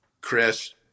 Chris